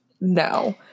no